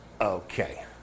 Okay